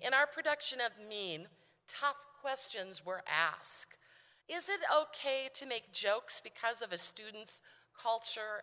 in our production of mean tough questions were asked is it ok to make jokes because of a student's culture